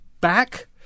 back